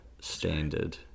standard